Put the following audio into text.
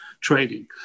trading